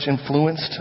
influenced